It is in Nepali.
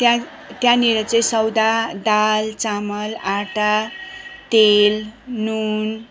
त्यहाँ त्यहाँनिर चाहिँ सौदा दाल चामल आँटा तेल नुन